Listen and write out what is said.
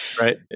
right